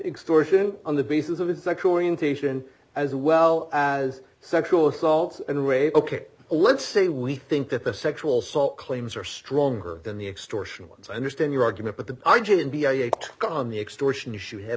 extortion on the basis of his sexual orientation as well as sexual assault and rape ok let's say we think that the sexual assault claims are stronger than the extortion ones i understand your argument but the guy on the extortion issue head